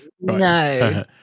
No